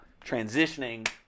transitioning